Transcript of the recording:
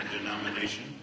denomination